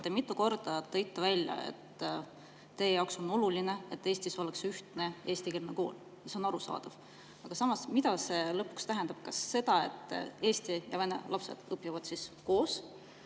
Te mitu korda tõite välja, et teie jaoks on oluline, et Eestis oleks ühtne eestikeelne kool. See on arusaadav. Samas, mida see lõpuks tähendab? Kas seda, et eesti ja vene lapsed õpivad koos,